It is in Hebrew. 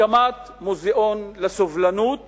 הקמת מוזיאון לסובלנות